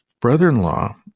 brother-in-law